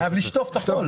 חייב לשטוף את החול.